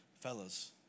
Fellas